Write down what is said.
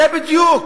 זה בדיוק.